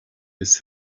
his